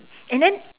and then